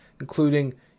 including